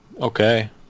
okay